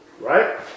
Right